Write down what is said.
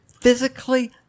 physically